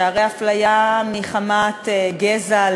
שהרי הפליה מחמת גזע,